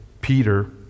Peter